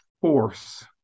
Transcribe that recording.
force